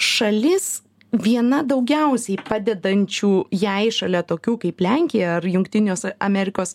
šalis viena daugiausiai padedančių jei šalia tokių kaip lenkija ar jungtinėse amerikos